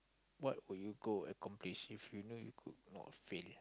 what would you go accomplish if you know you could not fail